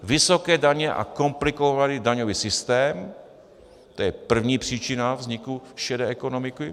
Vysoké daně a komplikovaný daňový systém, to je první příčina vzniku šedé ekonomiky.